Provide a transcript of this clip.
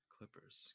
Clippers